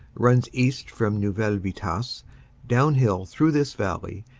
runs east from neuville vitasse downhill through this valley,